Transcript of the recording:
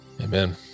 Amen